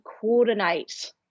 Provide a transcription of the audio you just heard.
coordinate